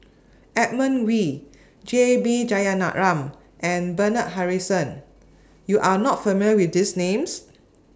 Edmund Wee J B Jeyaretnam and Bernard Harrison YOU Are not familiar with These Names